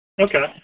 Okay